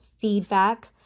feedback